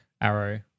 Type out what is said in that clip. arrow